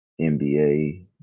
NBA